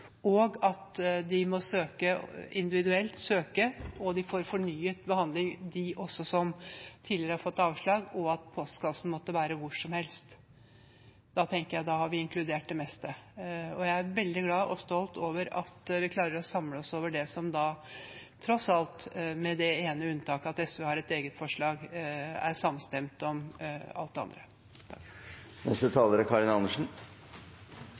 kriteriene, at de må søke individuelt, at de som tidligere har fått avslag, får fornyet behandling, og at postkassen måtte være hvor som helst. Da tenker jeg at vi har inkludert det meste. Og jeg er veldig glad for og stolt over at vi klarer å samle oss og tross alt, med det ene unntaket at SV har et eget forslag, er samstemte om alt det andre.